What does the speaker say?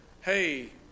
hey